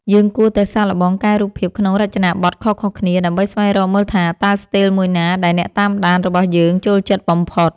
យើងគួរតែសាកល្បងកែរូបភាពក្នុងរចនាបថខុសៗគ្នាដើម្បីស្វែងរកមើលថាតើស្ទីលមួយណាដែលអ្នកតាមដានរបស់យើងចូលចិត្តបំផុត។